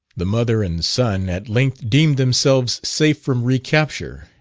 the mother and son at length deemed themselves safe from re-capture,